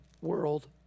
world